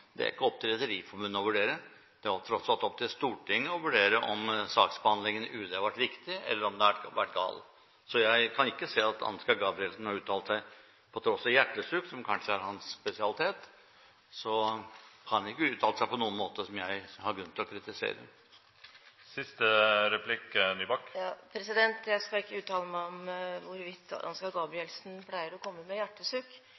er det ikke opp til Rederiforbundet å vurdere, det er tross alt opp til Stortinget å vurdere om saksbehandlingen i UD har vært riktig eller gal. Jeg kan ikke se at Ansgar Gabrielsen har uttalt seg – til tross for hjertesukk, som kanskje er hans spesialitet – på noen måte som jeg har grunn til å kritisere. Jeg skal ikke uttale meg om hvorvidt